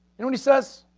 and when he says,